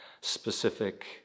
specific